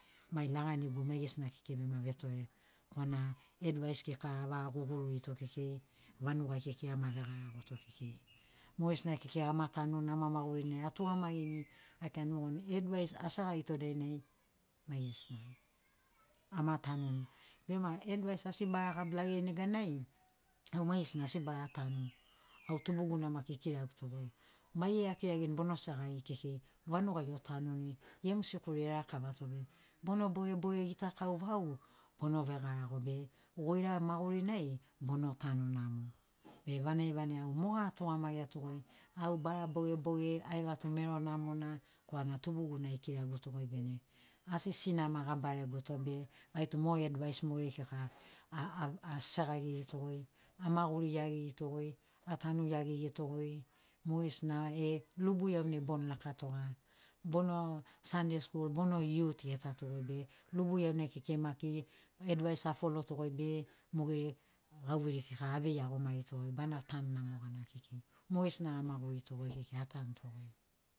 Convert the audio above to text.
Mai laganigu maigesina kekei bema vetore korana advias kika avaga gugururito kekei vanugai kekei ama vegaragoto kekei. Mogesina kekei ama tanuni ama magurini atugamagini autu mogoni advais asagagito dainai maigesina ama tanuni. Bema advais as bara gabilageri neganai, au maigesina asi bara tanu. Au tubuguna maki ikiraguto goi, maigeri akiragirini bono segagiri kekei vanugai otanuni. Gemu sikuri elakavato be, bono bogeboge gitakau vau bono vegarago be goira magurinai bono tanu namo. Be vanagi vanagi au moga atugamagiato goi, au bara bogeboge aiga tu mero namona korana tubuguna ekiragutogoi bene. Asi sinama gabaregoto be gaitu mo advais mogeri kika asegagirito goi, amaguri iagirito goi, atanu iagirito goi. Mogesina, e lubu iaunai bono lakatoga, bono sunday skul, bono youth getato goi be, lubu iaunai kekei maki advais a foloto goi be mogeri gauveiri kika avei iagomarito goi bana tanu namo gana kekei. Mogesina amagurito goi kekei atanuto goi.